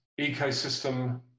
ecosystem